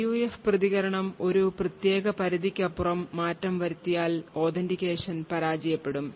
PUF പ്രതികരണം ഒരു പ്രത്യേക പരിധിക്കപ്പുറം മാറ്റം വരുത്തിയാൽ authentication പരാജയപ്പെടും